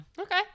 Okay